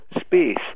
space